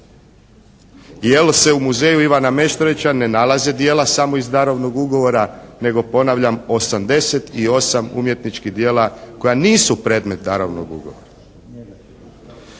Jer se u Muzeju Ivana Meštrovića ne nalaze djela samo iz darovnog ugovora, nego ponavljam 88 umjetničkih djela koja nisu predmet darovnog ugovora.